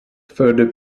further